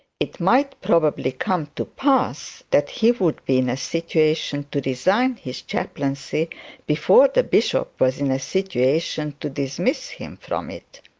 it might probably come to pass that he would be in a situation to resign his chaplaincy before the bishop was in a situation to dismiss him from it.